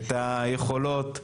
את היכולות,